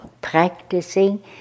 practicing